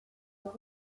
dago